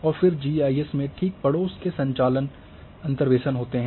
और फिर G I S में ठीक पड़ोस के संचालन अंतर्वेसन होते हैं